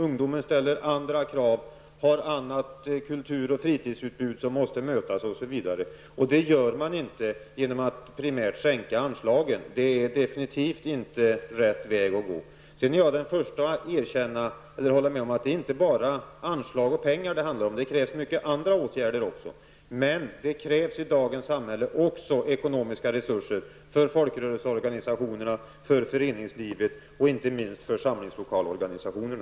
Ungdomen ställer andra krav, det finns ett annat kultur och fritidsutbud, osv. Detta möter man inte genom att primärt sänka anslaget. Det är definitivt inte rätt väg att gå. Sedan är jag den förste att hålla med om att det är inte bara anslag och pengar det handlar om. Det krävs många andra åtgärder, men det krävs i dagens samhälle också ekonomiska resurser för folkrörelseorganisationerna, för föreningslivet och inte minst för samlingslokalorganisationerna.